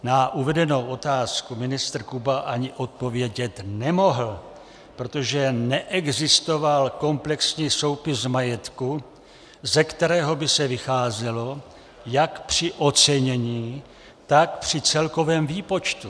Na uvedenou otázku ministr Kuba ani odpovědět nemohl, protože neexistoval komplexní soupis majetku, ze kterého by se vycházelo jak při ocenění, tak při celkovém výpočtu.